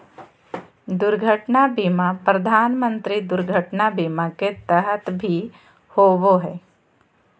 दुर्घटना बीमा प्रधानमंत्री दुर्घटना बीमा के तहत भी होबो हइ